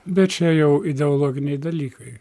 bet čia jau ideologiniai dalykai